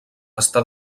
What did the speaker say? està